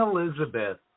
Elizabeth